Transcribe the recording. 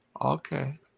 Okay